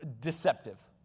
deceptive